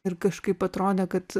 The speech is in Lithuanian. ir kažkaip atrodė kad